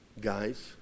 Guys